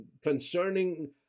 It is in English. Concerning